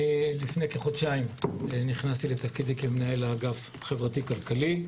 אני לפני כחודשיים נכנסתי לתפקידי כמנהל האגף הכלכלי חברתי.